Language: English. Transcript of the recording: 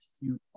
huge